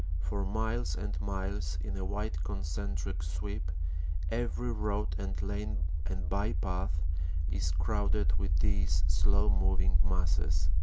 for miles and miles in a wide concentric sweep every road and lane and bypath is crowded with these slow-moving masses.